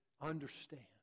understand